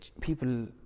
people